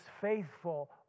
faithful